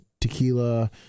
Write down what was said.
tequila